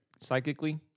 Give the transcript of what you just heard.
psychically